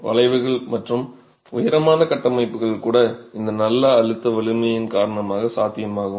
வளைவுகள் மற்றும் உயரமான கட்டமைப்புகள் கூட இந்த நல்ல அழுத்த வலிமையின் காரணமாக சாத்தியமாகும்